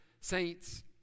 saints